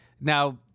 now